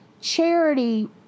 charity